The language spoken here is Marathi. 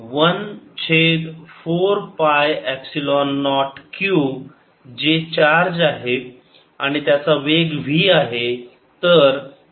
1 छेद 4 पाय एपसिलोन नॉट q जे चार्ज आहे आणि त्याचा वेग v आहे